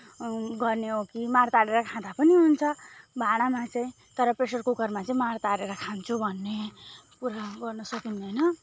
गर्ने हो कि माड तारेर खाँदा पनि हुन्छ भाँडामा चाहिँ तर प्रेसर कुकरमा चाहिँ माड तारेर खान्छु भन्ने पुरा गर्न सकिँदैन